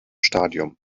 stadium